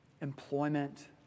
employment